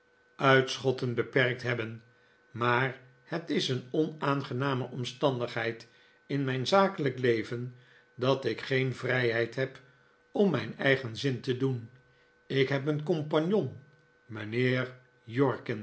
uitschotten beperkt hebben maar het is een onaangename omstandigheid in mijn zakelijke leven dat ik geen vrijheid heb om mijn eigen zin te doen ik heb een compagnon